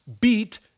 beat